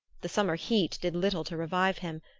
the summer heat did little to revive him,